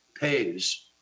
pays